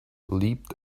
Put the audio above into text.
leapt